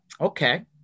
Okay